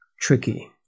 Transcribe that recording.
tricky